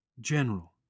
General